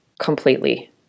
completely